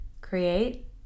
create